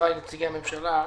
וחבריי נציגי הממשלה,